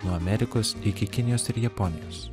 nuo amerikos iki kinijos ir japonijos